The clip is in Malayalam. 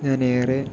ഞാനേറെ